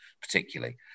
particularly